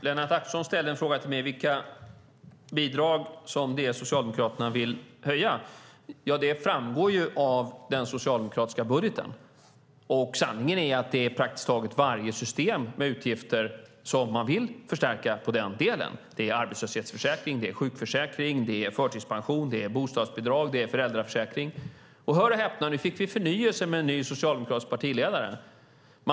Fru talman! Lennart Axelsson frågade mig vilka bidrag Socialdemokraterna vill höja. Det framgår av den socialdemokratiska budgeten. Sanningen är att det är praktiskt taget varje system med utgifter som man vill förstärka i den delen. Det är arbetslöshetsförsäkring, sjukförsäkring, förtidspension, bostadsbidrag och föräldraförsäkring. Hör och häpna! Vi fick förnyelse med en ny socialdemokratisk partiledare.